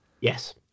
yes